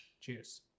Cheers